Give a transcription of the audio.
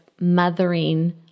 mothering